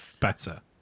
better